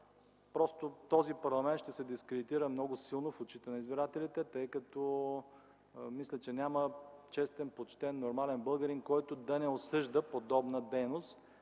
това, този парламент ще се дискредитира много силно в очите на избирателите, тъй като мисля, че няма честен, почтен, нормален българин, който да не осъжда подобна дейност